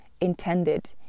intended